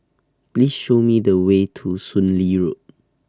Please Show Me The Way to Soon Lee Road